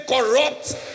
corrupt